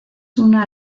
una